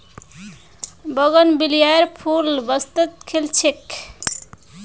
बोगनवेलियार फूल बसंतत खिल छेक